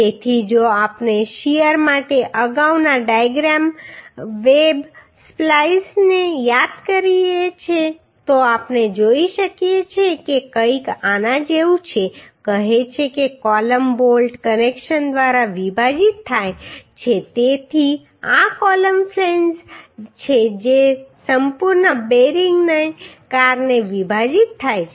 તેથી જો આપણે શીયર માટે અગાઉના ડાયાગ્રામ વેબ સ્પ્લાઈસને યાદ કરીએ તો આપણે જોઈ શકીએ છીએ કે તે કંઈક આના જેવું છે કહે છે કે કૉલમ બોલ્ટ કનેક્શન દ્વારા વિભાજિત થાય છે તેથી આ કૉલમ ફ્લેંજ્સ છે જે સંપૂર્ણ બેરિંગને કારણે વિભાજિત થાય છે